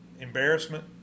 embarrassment